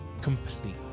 complete